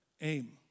aim